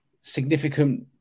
significant